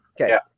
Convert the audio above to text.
Okay